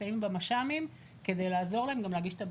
מסתייעים במש"מים כדי לעזור להם להגיש את הבקשות.